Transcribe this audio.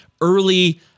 early